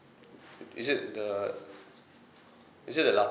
is it the is it the latte